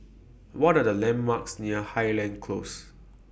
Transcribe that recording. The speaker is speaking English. What Are The landmarks near Highland Close